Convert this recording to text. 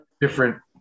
different